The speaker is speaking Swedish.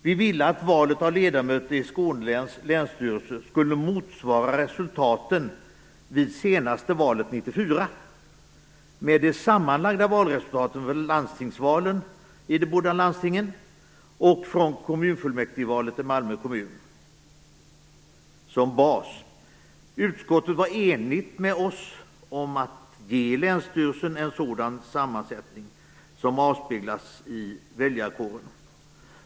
Vi ville att valet av ledamöter i Skåne läns länsstyrelse skulle motsvara resultaten vid senaste valet 1994, med de sammanlagda valresultaten från landstingsvalen i de båda landstingen och från kommunfullmäktigevalet i Malmö kommun som bas. Utskottet var enigt med oss om att ge länsstyrelsen en sådan sammansättning som avspeglas i väljarkåren.